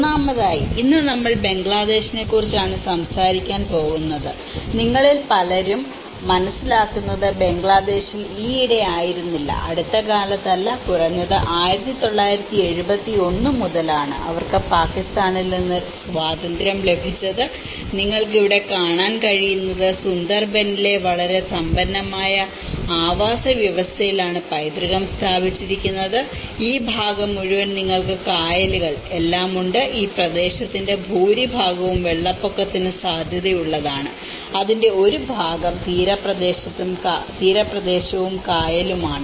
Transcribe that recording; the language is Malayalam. ഒന്നാമതായി ഇന്ന് നമ്മൾ ബംഗ്ലാദേശിനെക്കുറിച്ചാണ് സംസാരിക്കാൻ പോകുന്നത് നിങ്ങളിൽ പലരും മനസ്സിലാക്കുന്നത് ബംഗ്ലാദേശിൽ ഈയിടെയായിരുന്നില്ല അടുത്തകാലത്തല്ല കുറഞ്ഞത് 1971 മുതലാണ് അവർക്ക് പാകിസ്ഥാനിൽ നിന്ന് സ്വാതന്ത്ര്യം ലഭിച്ചത് നിങ്ങൾക്ക് ഇവിടെ കാണാൻ കഴിയുന്നത് സുന്ദർബനിലെ വളരെ സമ്പന്നമായ ആവാസവ്യവസ്ഥയിലാണ് പൈതൃകം സ്ഥാപിച്ചിരിക്കുന്നത് ഈ ഭാഗം മുഴുവൻ നിങ്ങൾക്ക് ഈ കായലുകളെല്ലാം ഉണ്ട് ഈ പ്രദേശത്തിന്റെ ഭൂരിഭാഗവും വെള്ളപ്പൊക്കത്തിന് സാധ്യതയുള്ളതാണ് അതിന്റെ ഒരു ഭാഗം തീരപ്രദേശത്തും കായലുമാണ്